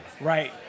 Right